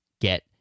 get